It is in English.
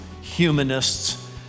humanists